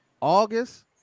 August